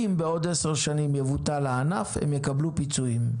אם בעוד עשר שנים יבוטל הענף הם יקבלו פיצויים.